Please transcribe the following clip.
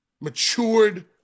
matured